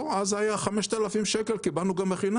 לא, אז זה היה 5,000 ₪, קיבלנו גם בחינם.